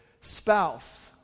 spouse